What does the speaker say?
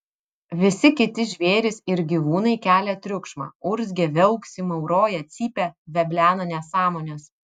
visi kiti žvėrys ir gyvūnai kelia triukšmą urzgia viauksi mauroja cypia veblena nesąmones